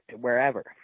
wherever